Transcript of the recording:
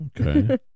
Okay